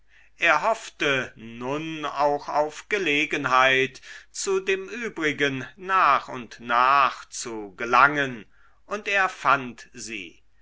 er hoffte nun auch auf gelegenheit zu dem übrigen nach und nach zu gelangen und er fand sie